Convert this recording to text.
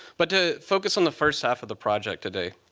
but to focus on the first half of the project today.